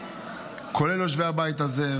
כולל יושבי הבית הזה,